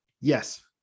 Yes